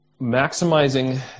maximizing